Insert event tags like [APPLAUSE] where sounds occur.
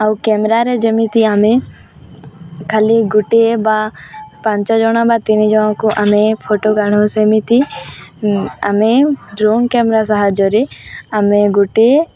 ଆଉ କ୍ୟାମେରାରେ ଯେମିତି ଆମେ ଖାଲି ଗୋଟିଏ ବା ପାଞ୍ଚଜଣ ବା ତିନିଜଣକୁ ଆମେ ଫଟୋ [UNINTELLIGIBLE] ସେମିତି ଆମେ ଡ୍ରୋନ୍ କ୍ୟାମେରା ସାହାଯ୍ୟରେ ଆମେ ଗୋଟିଏ